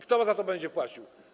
Kto za to będzie płacił?